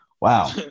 wow